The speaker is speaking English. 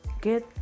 get